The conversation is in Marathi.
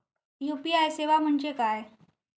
यू.पी.आय सेवा म्हणजे काय?